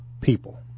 people